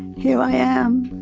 here i am